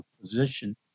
position